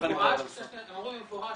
הם אומרים לי במפורש: